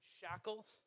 shackles